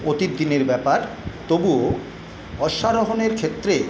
অতীত দিনের ব্যাপার তবুও অশ্বারোহণের ক্ষেত্রে